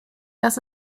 das